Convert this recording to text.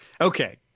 Okay